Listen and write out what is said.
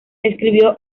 escribió